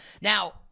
Now